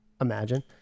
imagine